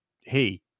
hey